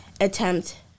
attempt